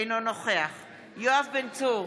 אינו נוכח יואב בן צור,